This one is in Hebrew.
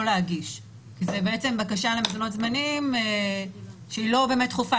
להגיש כי זאת בעצם בקשה למזונות זמניים שהיא לא באמת דחופה.